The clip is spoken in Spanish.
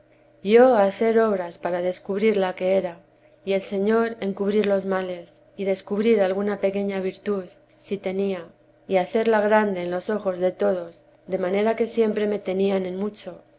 yo a hacer obras para descubrir la que era y el señor en cubrir los males y descubrir alguna pequeña virtud si tenía y hacerla grande en los ojos de todos de manera que siempre me tenían en mucho